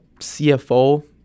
CFO